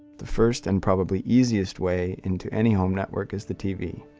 the first and probably easiest way into any home network is the tv.